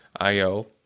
IO